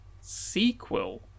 sequel